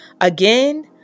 again